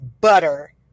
butter